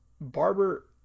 Barber